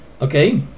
okay